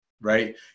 right